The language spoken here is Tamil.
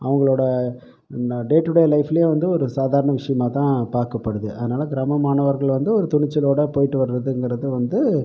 அவர்களோட என்ன டே டு டே லைஃப்லேயும் வந்து ஒரு சாதாரண விஷயமா தான் பார்க்கப்படுது அதனால் கிராம மாணவர்கள் வந்து ஒரு துணிச்சலோடு போய்ட்டு வர்றதுங்கிறது வந்து